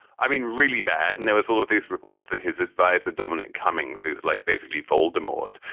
i mean, really bad. and there was all of these reports that his advisor, dominic cummings, who's like basically voldemort,